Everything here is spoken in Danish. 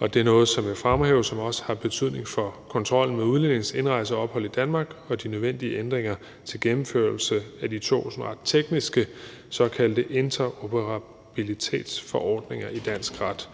det er noget, som jeg vil fremhæve som noget, der også har betydning for kontrollen med udlændinges indrejse og ophold i Danmark, og der er nødvendige ændringer til gennemførelse af de to sådan ret tekniske såkaldte interoperabilitetsforordninger i dansk ret.